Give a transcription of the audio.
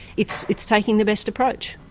it's it's taking the best approach.